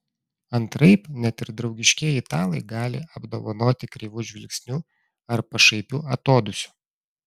antraip net ir draugiškieji italai gali apdovanoti kreivu žvilgsniu ar pašaipiu atodūsiu